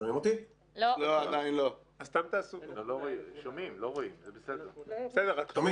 כי אוכלוסיית מבקשי איחוד משפחות מקרב תושבי איו"ש ורצועת עזה